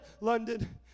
London